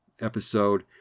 episode